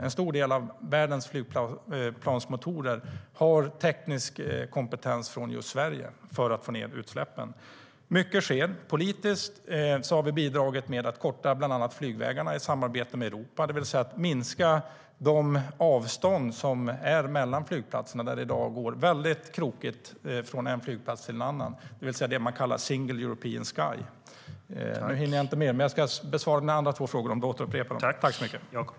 En stor del av världens flygplansmotorer har teknisk kompetens från just Sverige för att få ned utsläppen. Jag ska besvara dina andra två frågor om du upprepar dem.